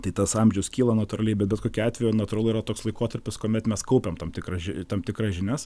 tai tas amžius kyla natūraliai bet bet kokiu atveju natūralu yra toks laikotarpis kuomet mes kaupiam tam tikrą tam tikras žinias